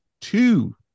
two